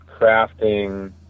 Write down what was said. crafting